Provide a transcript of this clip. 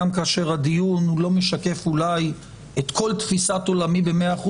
גם כאשר הדיון הוא לא משקף אולי את כל תפיסת עולמי ב- 100%,